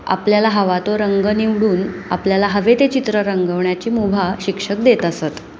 आपल्याला हवा तो रंग निवडून आपल्याला हवे ते चित्र रंगवण्याची मुभा शिक्षक देत असत